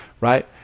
right